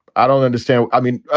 i don't understand. i mean,